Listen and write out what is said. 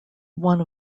one